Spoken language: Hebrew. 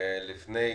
לפני כחודשיים,